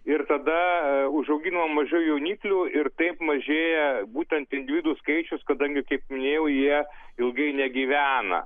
ir tada užaugina mažiau jauniklių ir taip mažėja būtent individų skaičius kadangi kaip minėjau jie ilgai negyvena